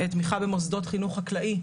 תמיכה במוסדות חינוך חקלאי,